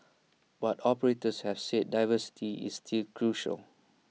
but operators have said diversity is still crucial